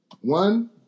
One